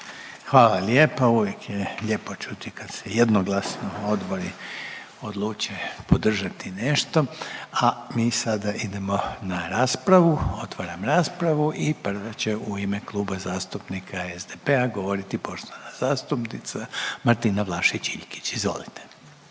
Hvala lijepa. Uvijek je lijepo čuti kad se jednoglasno odbori odluče podržati nešto, a mi sada idemo na raspravu. Otvaram raspravu i prva će u ime Kluba zastupnika SDP-a govoriti poštovana zastupnica Martina Vlašić Iljkić, izvolite.